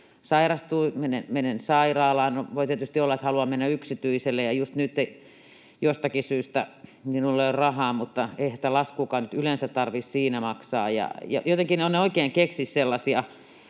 sairastun, menen sairaalaan... No voi tietysti olla, että haluan mennä yksityiselle ja just nyt minulla ei jostakin syystä ole rahaa, mutta eihän sitä laskuakaan nyt yleensä tarvitse siinä maksaa. Ja jotenkin en oikein keksi sellaisia